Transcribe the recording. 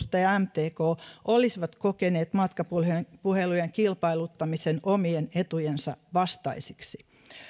tai mtk olisivat kokeneet matkapuhelujen kilpailuttamisen omien etujensa vastaisiksi